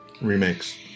remakes